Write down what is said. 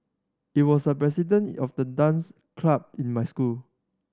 he was the president of the dance club in my school